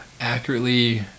accurately